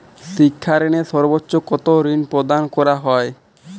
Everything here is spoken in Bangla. শিক্ষা ঋণে সর্বোচ্চ কতো ঋণ প্রদান করা হয়?